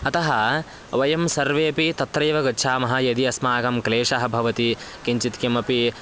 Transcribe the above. अतः वयं सर्वेपि तत्रैव गच्छामः यदि अस्माकं क्लेशः भवति किञ्चित् किमपि